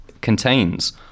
contains